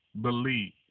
believe